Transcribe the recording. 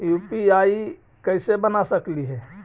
UPI कैसे बना सकली हे?